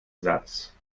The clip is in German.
satz